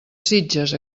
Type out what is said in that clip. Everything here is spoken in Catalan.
sitges